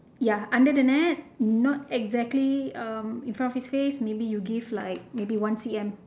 ya under the net not exactly um in front of his face maybe you give like maybe one C_M